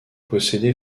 possédé